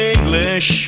English